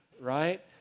right